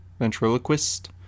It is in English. Ventriloquist